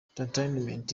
entertainment